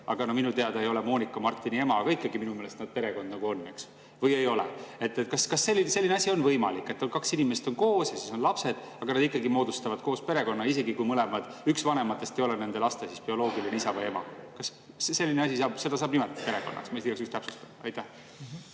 Minu teada ei ole Moonika Martini ema, aga ikkagi minu meelest nad perekond nagu on. Või ei ole? Kas selline asi on võimalik, et kaks inimest on koos ja siis on lapsed, aga nad ikkagi moodustavad koos perekonna, isegi kui üks vanematest ei ole nende laste bioloogiline isa või ema? Kas seda saab nimetada perekonnaks? Ma igaks juhuks täpsustan. Aitäh!